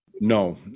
No